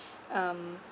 um